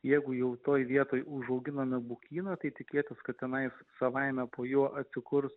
jeigu jau toje vietoj užauginome bukyną tai tikėtis kad tenai savaime po juo atsikurs